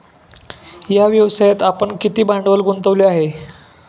या व्यवसायात आपण किती भांडवल गुंतवले आहे?